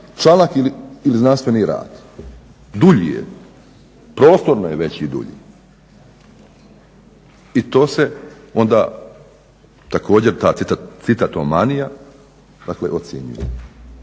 članak ili znanstveni rad, dulji je, prostorno je veći i dulji. I to se onda također ta citatomanija, dakle ocjenjuje.